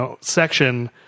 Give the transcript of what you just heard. section